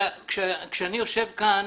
כשאני יושב כאן,